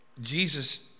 Jesus